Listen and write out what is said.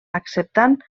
acceptant